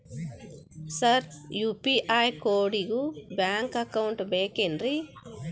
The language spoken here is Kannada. ಸರ್ ಯು.ಪಿ.ಐ ಕೋಡಿಗೂ ಬ್ಯಾಂಕ್ ಅಕೌಂಟ್ ಬೇಕೆನ್ರಿ?